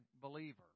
believer